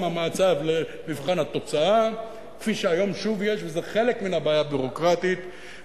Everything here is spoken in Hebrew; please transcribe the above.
המצב למבחן התוצאה - כפי שהיום שוב יש וזה חלק מהבעיה הביורוקרטית -.